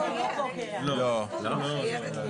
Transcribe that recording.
גם דעתנו,